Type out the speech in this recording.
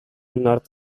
nord